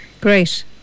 Great